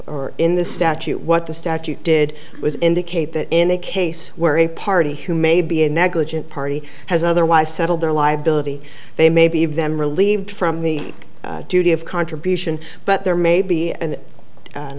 or in the statute what the statute did was indicate that in a case where a party who may be a negligent party has otherwise settled their liability they may be of them relieved from the duty of contribution but there may be an a